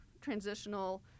transitional